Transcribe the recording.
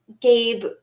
gabe